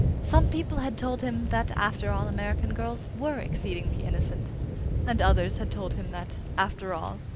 some people had told him that, after all, american girls were exceedingly innocent and others had told him that, after all,